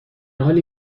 حالی